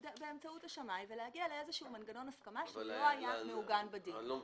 באמצעות השמאי להגיע לאיזשהו מנגנון הסכמה שלא היה מעוגן בדין.